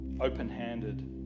open-handed